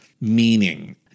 meaning